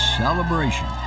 celebration